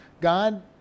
God